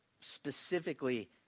specifically